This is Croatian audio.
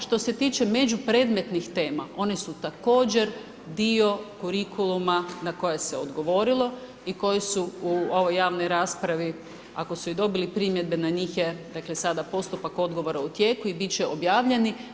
Što se tiče međupredmetnih tema one su također dio kurikuluma na koje se odgovorilo i koji su u ovoj javnoj raspravi, ako su i dobili primjedbe na njih, dakle sada postupak odgovora u tijeku i bit će objavljeni.